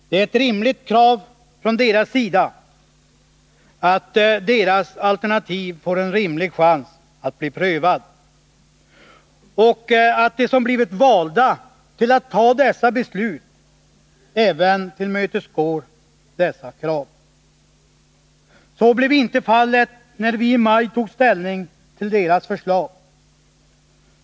Det är ett rimligt krav från deras sida, att deras alternativ får en rimlig chans att bli prövat, och att de som blivit valda att fatta dessa beslut även tillmötesgår detta krav. Så blev inte fallet när vi i maj tog ställning till deras förslag.